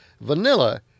vanilla